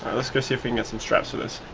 let's go see if we can get some straps to this.